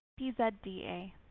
PZDA